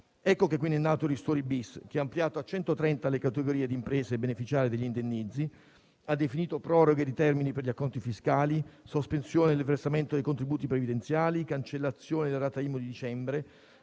Ecco che quindi è nato il ristori-*bis,* che ha ampliato a 130 le categorie di imprese beneficiarie degli indennizzi, ha definito proroghe di termini per gli acconti fiscali, sospensione del versamento dei contributi previdenziali, cancellazione della rata IMU di dicembre